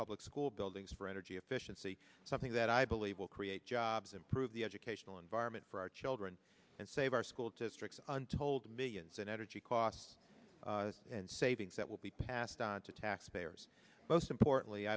public school buildings for energy efficiency something that i believe will create jobs improve the educational environment for our children and save our school to strix untold millions in energy costs and savings that will be passed on to taxpayers most importantly